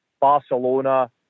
Barcelona